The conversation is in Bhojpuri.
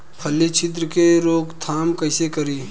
फली छिद्रक के रोकथाम कईसे करी?